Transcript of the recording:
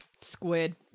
Squid